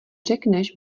řekneš